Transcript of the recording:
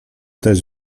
też